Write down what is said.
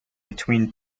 between